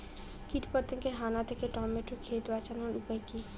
কীটপতঙ্গের হানা থেকে টমেটো ক্ষেত বাঁচানোর উপায় কি?